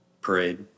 parade